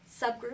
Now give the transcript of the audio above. subgroup